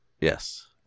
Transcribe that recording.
Yes